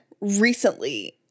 recently